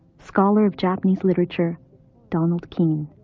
scholar of japanese literature donald keen.